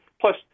Plus